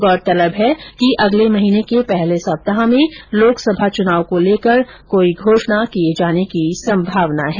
गौरतलब है कि अगले महीने के पहले सप्ताह में लोकसभा चुनाव को लेकर घोषणा किये जाने की संभावना है